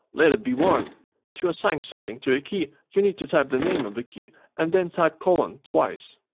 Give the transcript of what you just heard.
let it be one to assign something to a key you need to type the name of the key and then type colon twice.